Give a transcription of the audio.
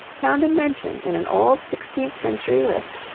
found a mention, in an old sixteenth-century list,